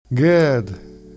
Good